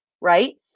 Right